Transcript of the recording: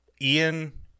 ian